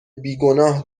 بیگناه